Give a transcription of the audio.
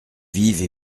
vive